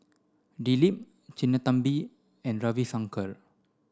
Dilip Sinnathamby and Ravi Shankar